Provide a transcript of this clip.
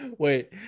Wait